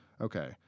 Okay